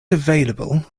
available